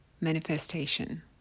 manifestation